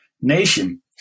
nation